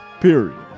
Period